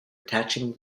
attaching